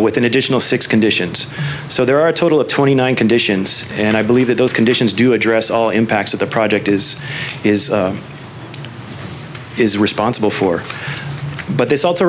with an additional six conditions so there are a total of twenty nine conditions and i believe that those conditions do address all impacts of the project is is is responsible for but this also